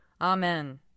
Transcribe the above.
Amen